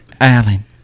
Alan